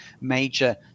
major